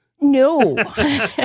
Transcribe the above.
No